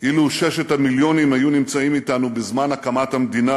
אילו ששת המיליונים היו נמצאים אתנו בזמן הקמת המדינה